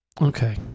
Okay